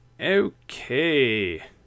Okay